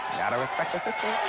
gotta respect the sister!